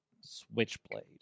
Switchblade